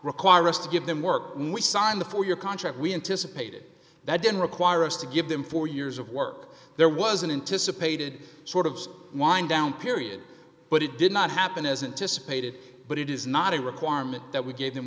require us to give them work we signed the four year contract we anticipated that didn't require us to give them four years of work there was an end to supported sort of wind down period but it did not happen isn't dissipated but it is not a requirement that we gave them